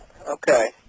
okay